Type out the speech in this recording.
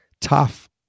Tough